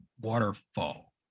waterfall